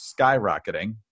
skyrocketing